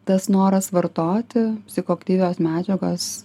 tas noras vartoti psichoaktyvias medžiagas